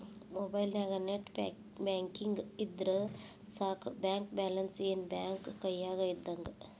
ಮೊಬೈಲ್ನ್ಯಾಗ net banking ಇದ್ರ ಸಾಕ ಬ್ಯಾಂಕ ಬ್ಯಾಲೆನ್ಸ್ ಏನ್ ಬ್ಯಾಂಕ ಕೈಯ್ಯಾಗ ಇದ್ದಂಗ